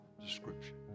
description